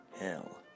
Hell